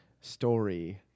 story